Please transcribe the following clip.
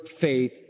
faith